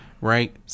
right